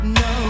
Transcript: no